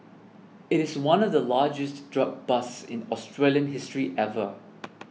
it is one of the largest drug busts in Australian history ever